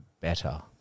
better